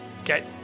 Okay